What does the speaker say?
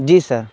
جی سر